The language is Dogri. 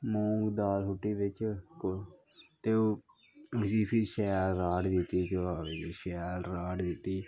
मूंग दाल सुट्टी बिच्च ते ओह् उसी फिर शैल राड़ दित्ती